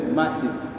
massive